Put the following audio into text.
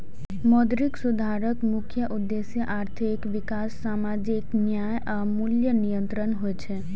मौद्रिक सुधारक मुख्य उद्देश्य आर्थिक विकास, सामाजिक न्याय आ मूल्य नियंत्रण होइ छै